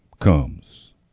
comes